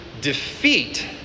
defeat